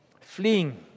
Fleeing